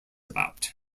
about